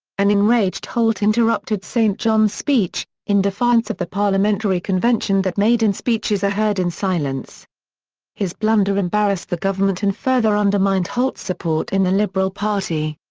an enraged holt interrupted st john's speech, in defiance of the parliamentary convention that maiden speeches are heard in silence his blunder embarrassed the government and further undermined holt's support in the liberal party.